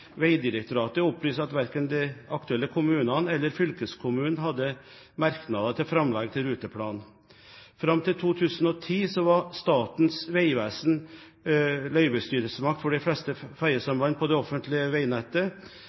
opplyser at verken de aktuelle kommunene eller fylkeskommunen hadde merknader til framlegg til ruteplan. Fram til 2010 var Statens vegvesen løyvestyresmakt for de fleste fergesamband på det offentlige